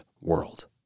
world